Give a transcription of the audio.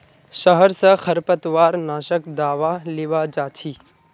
शहर स खरपतवार नाशक दावा लीबा जा छि